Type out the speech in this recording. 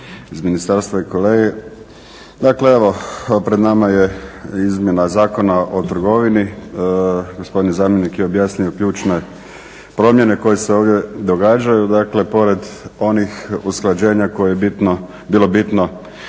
iz ministarstva i kolege. Dakle evo, pred nama je izmjena Zakona o trgovini, gospodin zamjenik je objasnio ključne promjene koje se ovdje događaju. Dakle, pored onih usklađenja koje je bilo bitno